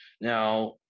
now